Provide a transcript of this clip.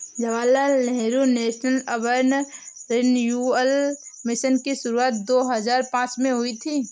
Jawaharlal Nehru national urban renewal mission की शुरुआत दो हज़ार पांच में हुई थी